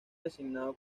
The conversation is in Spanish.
designado